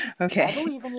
Okay